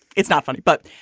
it's not funny. but